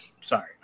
sorry